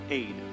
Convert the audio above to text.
aid